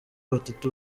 batatu